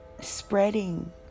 spreading